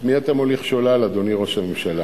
את מי אתה מוליך שולל, אדוני ראש הממשלה?